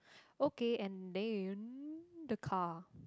okay and then the car